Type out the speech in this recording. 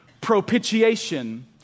propitiation